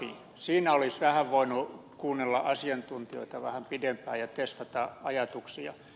siinä olisi vähän voinut kuunnella asiantuntijoita vähän pidempään ja testata ajatuksia